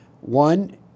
one